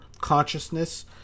consciousness